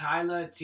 Tyler